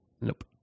nope